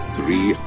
Three